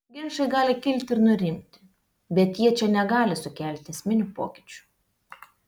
ginčai gali kilti ir nurimti bet jie čia negali sukelti esminių pokyčių